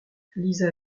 lisa